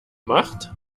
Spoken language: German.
macht